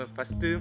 First